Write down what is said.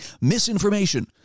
misinformation